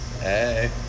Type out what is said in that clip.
hey